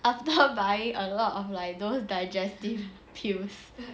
after buying a lot of like those digestive pills